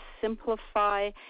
simplify